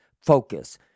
focus